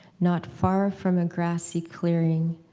not far from a grassy clearing,